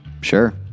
Sure